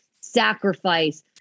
sacrifice